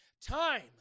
time